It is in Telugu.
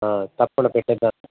తప్పకుండా పెట్టేద్దాం